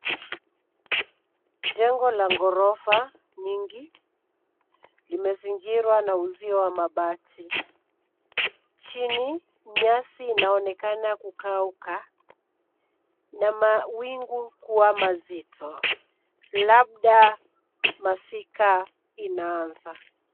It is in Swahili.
Jengo la ghorofa nyingi. Limezingirwa na uzio wa mabati. Chini nyasi inaonekana kukauka na mawingu kuwa mazito labda masika inaanza.